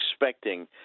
expecting